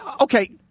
okay